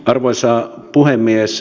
arvoisa puhemies